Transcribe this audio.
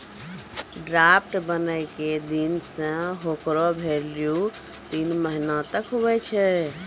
draft बनै के दिन से हेकरो भेल्यू तीन महीना तक हुवै छै